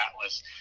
Atlas